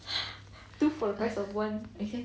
two for the price of one